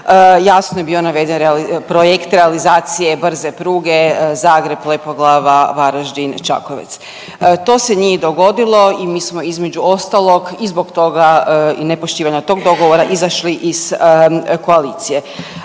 jasno je bio naveden projekt realizacije brze pruge Zagreb-Lepoglava-Varaždin-Čakovec. To se nije dogodilo i mi smo između ostalog i zbog toga i nepoštivanja tog dogovora izašli iz koalicije,